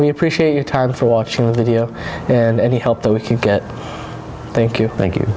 we appreciate your time for watching the video and any help that we can get thank you thank you